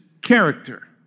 character